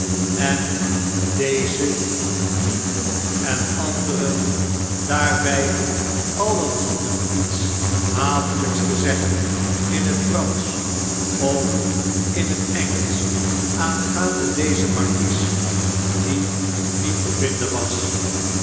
en deze die en anderen daarby alien hadden iets hatelps te zeggen in het fransch of in het engelsch aangaande dezen markies die niet te vinden was